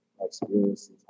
experiences